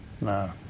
No